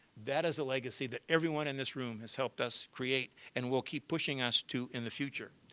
that is the legacy that everyone in this room has helped us create and will keep pushing us to in the future.